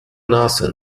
nase